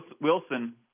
Wilson